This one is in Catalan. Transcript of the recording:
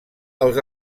els